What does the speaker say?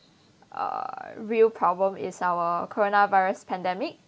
uh real problem is our coronavirus pandemic